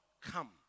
come